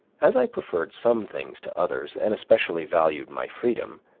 as i preferred some things to others, and especially valued my freedom,